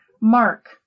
mark